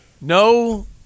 No